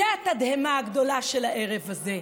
זו התדהמה הגדולה של הערב הזה.